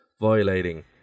violating